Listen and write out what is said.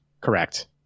correct